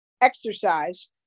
exercise